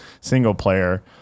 single-player